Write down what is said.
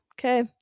okay